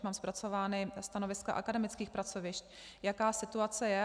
Mám zpracována stanoviska akademických pracovišť, jaká situace je.